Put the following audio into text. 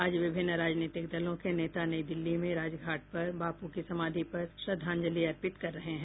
आज विभिन्न राजनीतिक दलों के नेता नई दिल्ली में राजघाट पर बापू की समाधि पर श्रद्धांजलि अर्पित कर रहे हैं